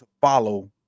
follow